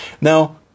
Now